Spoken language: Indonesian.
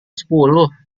sepuluh